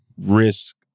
risk